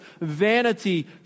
vanity